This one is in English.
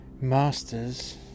masters